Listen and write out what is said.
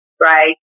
right